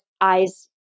eyes